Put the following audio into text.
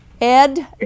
Ed